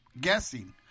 guessing